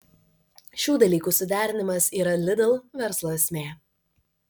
šių dalykų suderinimas yra lidl verslo esmė